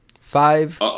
Five